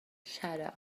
shadow